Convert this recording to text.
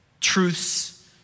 truths